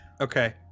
Okay